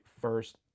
first